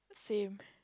same